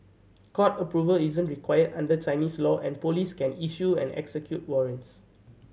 court approval isn't required under Chinese law and police can issue and execute warrants